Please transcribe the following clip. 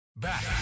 back